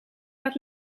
laat